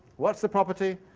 what's the property?